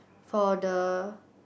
for the